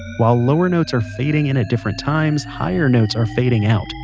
while lower notes are fading in at different times, higher notes are fading out,